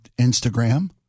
Instagram